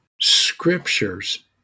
Scriptures